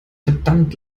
verdammt